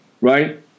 right